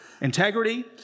integrity